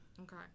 Okay